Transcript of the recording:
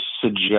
suggest